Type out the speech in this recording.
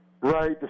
Right